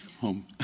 Home